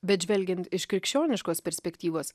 bet žvelgiant iš krikščioniškos perspektyvos